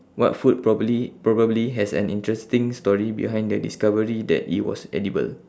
what food probably probably has an interesting story behind the discovery that it was edible